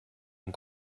con